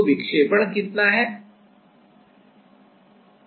विक्षेपण कितना है